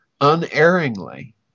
unerringly